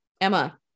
Emma